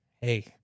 Hey